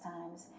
Times